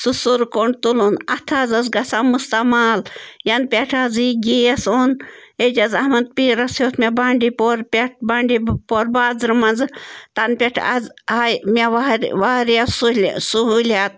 سُہ سُرٕ کوٚنٛڈ تُلُن اَتھٕ حظ اوس گژھان مُستعمال یَنہٕ پٮ۪ٹھ حظ یہِ گیس اوٚن اعجاز احمد پیٖرَس ہیوٚت مےٚ بانٛڈی پور پٮ۪ٹھ بانٛڈی پور بازرٕ منٛزٕ تَنہٕ پٮ۪ٹھ حظ آے مےٚ واریاہ سہوٗلِیات